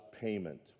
payment